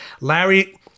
Larry